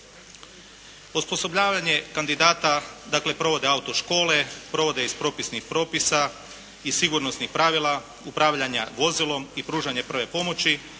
Osposobljavanje kandidata, dakle provode autoškole, provode iz propisnih propisa iz sigurnosnih, pravila upravljanja vozilom i pružanjem prve pomoći